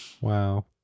Wow